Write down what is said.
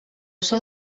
seu